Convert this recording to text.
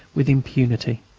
with impunity.